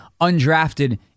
undrafted